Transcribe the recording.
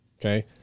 Okay